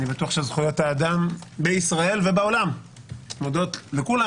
אני בטוח שזכויות האדם בישראל ובעולם מודות לכולם,